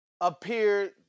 appear